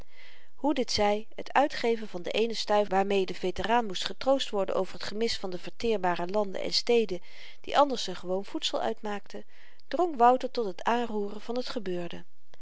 hoe dit zy t uitgeven van den eenen stuiver waarmee de veteraan moest getroost worden over t gemis van de verteerbare landen en steden die anders z'n gewoon voedsel uitmaakten drong wouter tot het aanroeren van t gebeurde